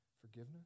forgiveness